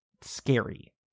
scary